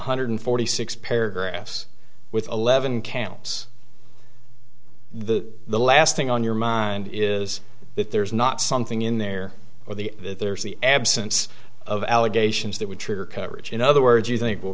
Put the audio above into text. hundred forty six paragraphs with eleven camps the the last thing on your mind is that there's not something in there or the there's the absence of allegations that would trigger coverage in other words you think well